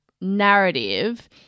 narrative